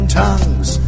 tongues